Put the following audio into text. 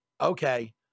Okay